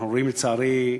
אנחנו רואים, לצערי,